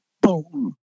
boom